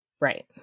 Right